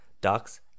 ducks